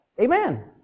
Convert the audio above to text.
Amen